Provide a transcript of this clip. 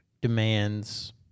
demands